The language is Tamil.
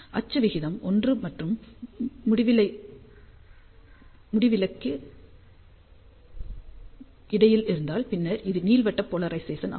அச்சு விகிதம் 1 மற்றும் முடிவிலிக்கு இடையில் இருந்தால் பின்னர் அது நீள்வட்ட போலரைசேசன் ஆகும்